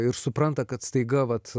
ir supranta kad staiga vat